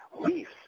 leaves